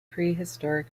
prehistoric